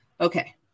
okay